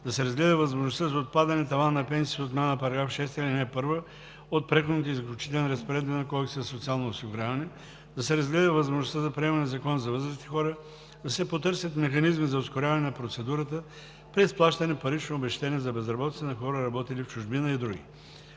да се разгледа възможността за отпадане тавана на пенсиите с отмяна на § 6, ал. 1 от Преходните и заключителните разпоредби на Кодекса за социално осигуряване, да се разгледа възможността за приемане на Закон за възрастните хора, да се потърсят механизми за ускоряване на процедурата при изплащане парично обезщетение за безработица на хора, работили в чужбина, и други.